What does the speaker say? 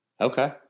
Okay